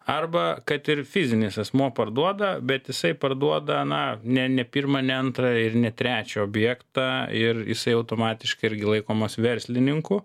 arba kad ir fizinis asmuo parduoda bet jisai parduoda na ne ne pirmą ne antrą ir ne trečią objektą ir jisai automatiškai irgi laikomas verslininku